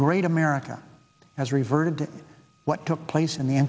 great america has reverted to what took place in the